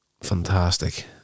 fantastic